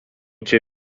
čia